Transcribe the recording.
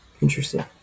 interesting